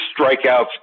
strikeouts